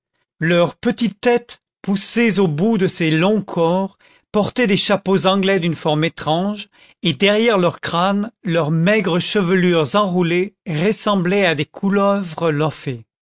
leurs petites têtes poussées au bout de ces longs corps portaient des chapeaux anglais d'une forme étrange et derrière leurs crânes leurs maigres chevelures enroulées ressemblaient à des couleuvres